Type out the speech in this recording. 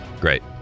Great